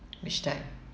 which type